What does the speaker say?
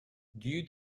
due